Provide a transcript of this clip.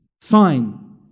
sign